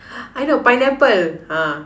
I know pineapple ha